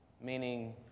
Meaning